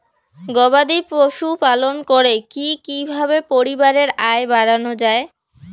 গবাদি পশু পালন করে কি কিভাবে পরিবারের আয় বাড়ানো যায়?